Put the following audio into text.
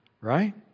right